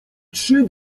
trzy